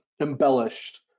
embellished